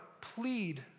plead